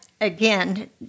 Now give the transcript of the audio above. again